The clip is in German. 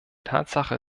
tatsache